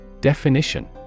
Definition